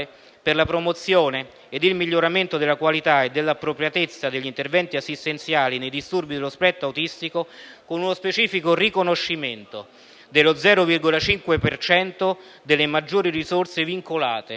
per la promozione ed il miglioramento della qualità e dell'appropriatezza degli interventi assistenziali nei disturbi dello spettro autistico con uno specifico riconoscimento dello 0,5 per cento delle maggiori risorse vincolate,